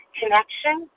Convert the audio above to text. connection